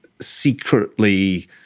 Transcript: secretly